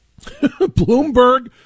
bloomberg